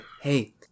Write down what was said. hey